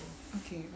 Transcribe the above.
okay